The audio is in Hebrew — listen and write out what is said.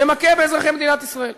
שמכה באזרחי מדינת ישראל.